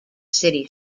city